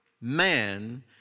man